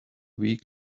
weak